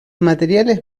materiales